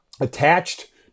attached